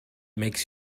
makes